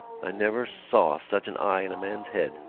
i never saw such an eye in a man's head.